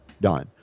done